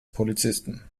polizisten